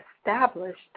established